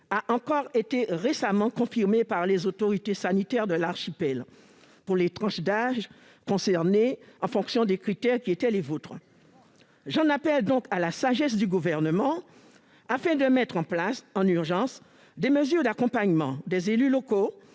a encore été récemment confirmée par les autorités sanitaires de l'archipel pour les tranches d'âge concernées et en fonction des critères qui étaient les vôtres. J'en appelle donc à la sagesse du Gouvernement, afin de mettre en place en urgence des mesures d'accompagnement des élus locaux